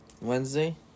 Wednesday